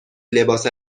لباس